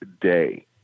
day